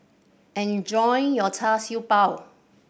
enjoy your Char Siew Bao